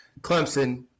Clemson